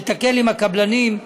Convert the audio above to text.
שתקל עם הקבלנים.